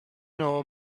know